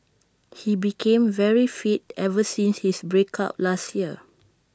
he became very fit ever since his break up last year